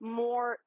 more